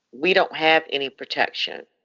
we don't have any protection.